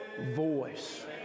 voice